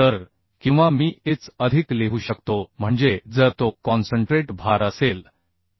तर किंवा मी h अधिक लिहू शकतो म्हणजे जर तो कॉन्सन्ट्रेट भार असेल